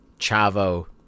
Chavo